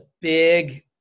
big